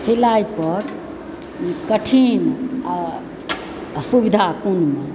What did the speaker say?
सिलाई पर कठिन आ सुविधापूर्ण